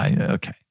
Okay